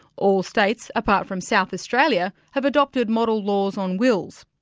all states, apart from south australia, have adopted model laws on wills.